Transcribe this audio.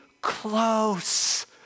close